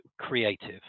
creative